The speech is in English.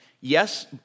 yes